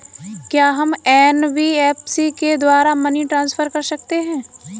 क्या हम एन.बी.एफ.सी के द्वारा मनी ट्रांसफर कर सकते हैं?